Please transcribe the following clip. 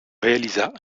réalisa